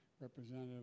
Representative